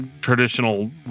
traditional